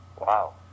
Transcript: Wow